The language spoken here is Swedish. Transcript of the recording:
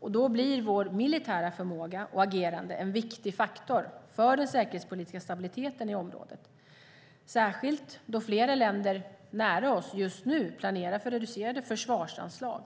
Då blir vår militära förmåga och vårt militära agerande en viktig faktor för den säkerhetspolitiska stabiliteten i området, särskilt då flera länder nära oss just nu planerar för reducerade försvarsanslag.